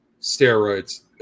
steroids